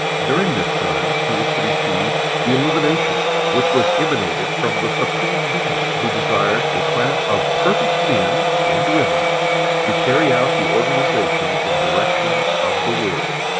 during this time he was to receive the illumination which was emanated from the supreme being, who desired a class of perfect men and women to carry out the organization and direction of the world.